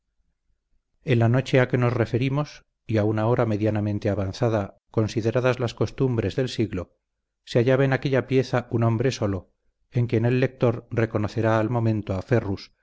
en la noche a que nos referimos y a una hora medianamente avanzada consideradas las costumbres del siglo se hallaba en aquella pieza un hombre solo en quien el lector reconocerá al momento a ferrus